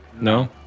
No